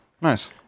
Nice